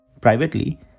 Privately